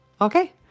Okay